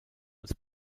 als